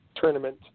tournament